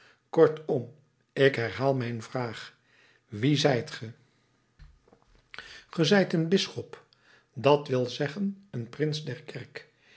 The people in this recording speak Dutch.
kortom ik herhaal mijn vraag wie zijt ge ge zijt een bisschop dat wil zeggen een prins